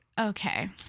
okay